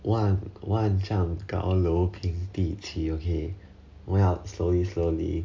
万万丈高楼平地 okay 我们要 slowly slowly